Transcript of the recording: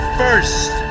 first